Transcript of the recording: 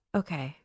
okay